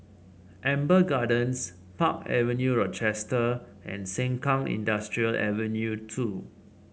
Amber Gardens Park Avenue Rochester and Sengkang Industrial Ave two